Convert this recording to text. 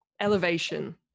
elevation